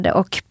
och